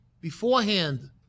beforehand